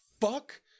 fuck